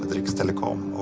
rix telecom.